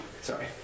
Sorry